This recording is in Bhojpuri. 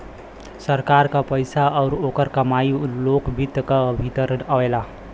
सरकार क पइसा आउर ओकर कमाई लोक वित्त क भीतर आवेला